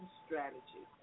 strategy